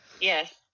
yes